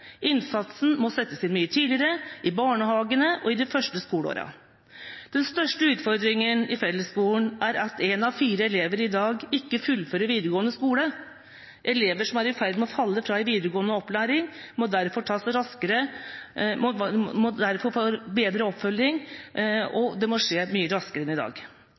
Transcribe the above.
Innsatsen må settes inn mye tidligere, i barnehagen og i de første skoleårene. Den største utfordringen i fellesskolen er at én av fire elever i dag ikke fullfører videregående skole. Elever som er i ferd med å falle fra i videregående opplæring, må derfor få bedre oppfølging, og det må skje mye raskere enn i dag.